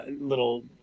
little